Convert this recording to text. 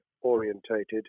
orientated